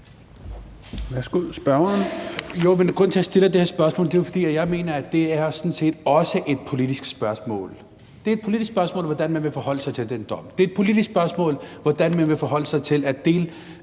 Siddique (FG): Men grunden til, at jeg stiller det her spørgsmål, er, at jeg mener, at det sådan set også er et politisk spørgsmål. Det er et politisk spørgsmål, hvordan man vil forholde sig til den dom. Det er et politisk spørgsmål, hvordan man vil forholde sig til